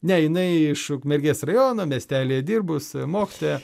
ne jinai iš ukmergės rajono miestelyje dirbus mokytoja